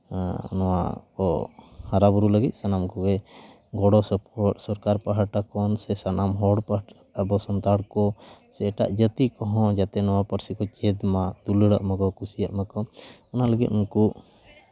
ᱱᱚᱣᱟ ᱠᱚ ᱦᱟᱨᱟᱼᱵᱩᱨᱩ ᱞᱟᱹᱜᱤᱫ ᱥᱟᱱᱟᱢ ᱠᱚᱜᱮ ᱜᱚᱲᱚ ᱥᱚᱯᱚᱦᱚᱫ ᱥᱚᱨᱠᱟᱨ ᱯᱟᱦᱴᱟ ᱠᱷᱚᱱ ᱥᱮ ᱥᱟᱱᱟᱢ ᱦᱚᱲ ᱟᱵᱚ ᱥᱟᱱᱛᱟᱲ ᱠᱚ ᱥᱮ ᱮᱴᱟᱜ ᱡᱟᱹᱛᱤ ᱠᱚᱦᱚᱸ ᱡᱟᱛᱮ ᱱᱚᱣᱟ ᱯᱟᱹᱨᱥᱤ ᱠᱚ ᱪᱮᱫ ᱢᱟ ᱫᱩᱞᱟᱹᱲᱟᱜ ᱢᱟᱠᱚ ᱠᱩᱥᱤᱭᱟᱜ ᱢᱟᱠᱚ ᱚᱱᱟ ᱞᱟᱹᱜᱤᱫ ᱩᱱᱠᱩ